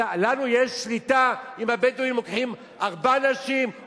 לנו יש שליטה אם הבדואים לוקחים ארבע נשים,